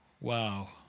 Wow